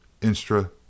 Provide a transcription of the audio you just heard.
instra